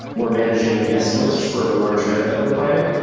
we're managing a guest list for a large event that we're planning.